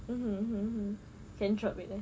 mm mm mm can drop it eh